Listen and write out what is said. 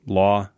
law